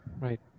right